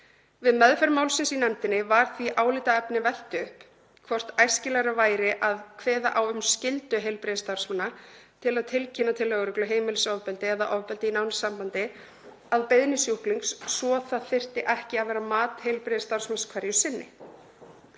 Við meðferð málsins í nefndinni var því álitaefni velt upp hvort æskilegra væri að kveða á um skyldu heilbrigðisstarfsmanna til að tilkynna til lögreglu heimilisofbeldi eða ofbeldi í nánu sambandi að beiðni sjúklings svo það þyrfti ekki að vera mat heilbrigðisstarfsmanns hverju sinni.